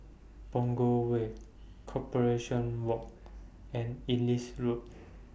Punggol Way Corporation Walk and Ellis Road